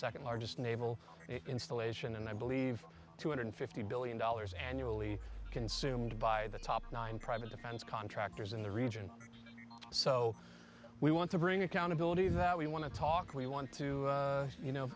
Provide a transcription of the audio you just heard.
second largest naval installation and i believe two hundred fifty billion dollars annually consumed by the top nine private defense contractors in the region so we want to bring accountability that we want to talk we want to you know